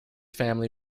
family